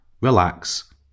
relax